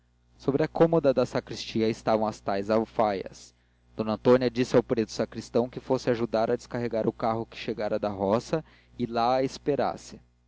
sobre a cômoda da sacristia estavam as tais alfaias d antônia disse ao preto sacristão que fosse ajudar a descarregar o carro que chegara da roga e lá a esperasse